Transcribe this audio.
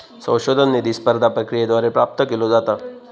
संशोधन निधी स्पर्धा प्रक्रियेद्वारे प्राप्त केलो जाता